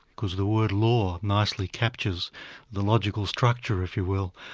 because the word law nicely captures the logical structure, if you will,